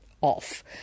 off